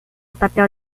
papel